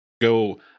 go